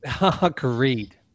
Agreed